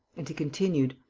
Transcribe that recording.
and he continued,